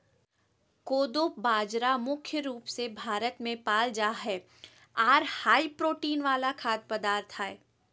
कोदो बाजरा मुख्य रूप से भारत मे पाल जा हय आर हाई प्रोटीन वाला खाद्य पदार्थ हय